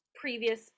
previous